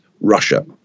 Russia